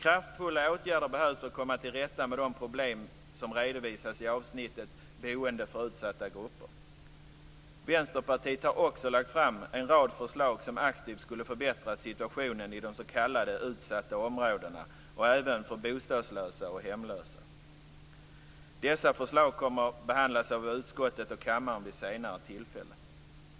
Kraftfulla åtgärder behövs för att komma till rätta med de problem som redovisas i avsnittet om boende för utsatta grupper. Vänsterpartiet har också lagt fram en rad förslag som aktivt skulle förbättra situationen i de s.k. utsatta områdena och även för bostadslösa och hemlösa. Dessa förslag kommer att behandlas av utskottet och kammaren vid senare tillfälle.